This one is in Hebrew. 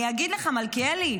אני אגיד לך, מלכיאלי: